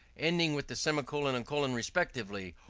ending with the semicolon and colon respectively,